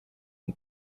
und